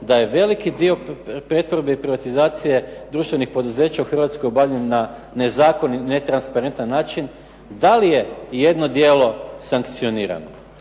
da je veliki dio pretvorbe i privatizacije društvenih poduzeća u Hrvatskoj obavljen na nezakonit i netransparentan način, da li je ijedno djelo sankcionirano?